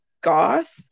goth